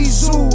zoo